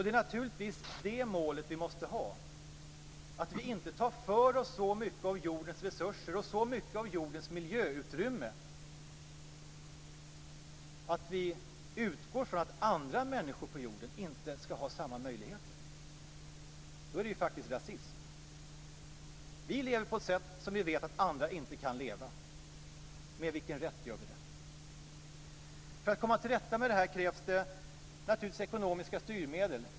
Det är naturligtvis det målet vi måste ha: att vi inte tar för oss så mycket av jordens resurser och så mycket av jordens miljöutrymme att vi utgår ifrån att andra människor på jorden inte ska ha samma möjligheter. Då är det faktiskt rasism. Vi lever på ett sätt som vi vet att andra inte kan leva på. Med vilken rätt gör vi det? För att komma till rätta med det här krävs det naturligtvis ekonomiska styrmedel.